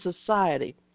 society